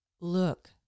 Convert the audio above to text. look